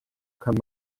kann